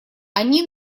они